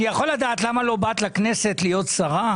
אני יכול לדעת למה לא באת לכנסת להיות שרה?